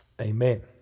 Amen